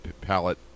palette